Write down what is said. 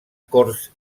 corts